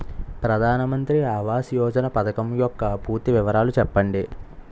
ప్రధాన మంత్రి ఆవాస్ యోజన పథకం యెక్క పూర్తి వివరాలు చెప్పండి?